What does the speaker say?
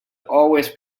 always